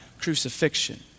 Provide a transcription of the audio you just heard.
crucifixion